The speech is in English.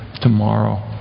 tomorrow